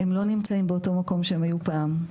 הם לא נמצאים באותו מקום שהם היו פעם.